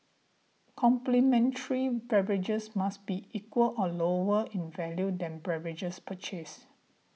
complimentary beverages must be equal or lower in value than beverages purchased